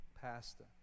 pastor